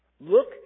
Look